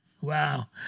Wow